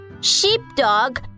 Sheepdog